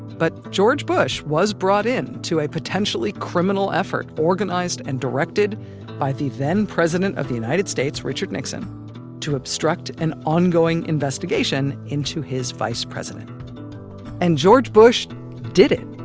but george bush was brought in to a potentially criminal effort organized and directed by the then-president of the united states richard nixon to obstruct an ongoing investigation into his vice president and george bush did it